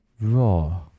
raw